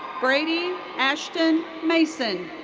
brady ashton mason.